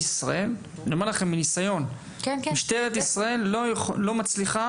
בישראל אני אומר לכם מניסיון משטרת ישראל לא מצליחה,